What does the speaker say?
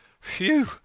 Phew